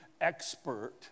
expert